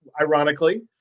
ironically